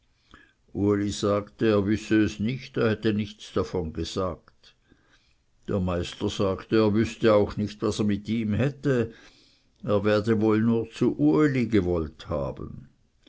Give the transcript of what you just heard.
uli sagte er wisse es nicht er hätte nichts davon gesagt der meister sagte er wüßte auch nicht was er mit ihm hätte er werde wohl nur zu uli gewollt haben